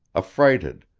affrighted,